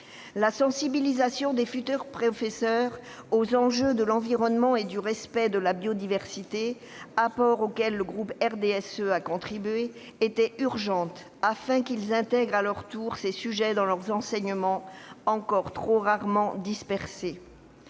La sensibilisation des futurs professeurs aux enjeux de l'environnement et du respect de la biodiversité, apport auquel le groupe du RDSE a contribué, était urgente afin qu'ils intègrent à leur tour ces sujets, encore trop rarement dispensés,